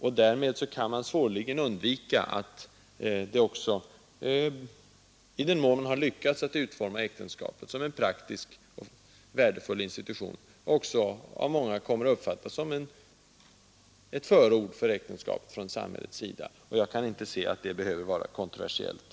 Självklart kan detta — i den mån man har lyckats utforma äktenskapet som en praktisk och värdefull institution — komma att uppfattas som ett förord från samhällets sida för äktenskap. Jag kan inte se att det behöver vara ett dugg kontroversiellt.